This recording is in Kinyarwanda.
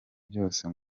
byose